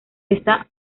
esta